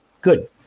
Good